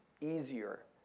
easier